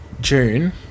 June